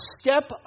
step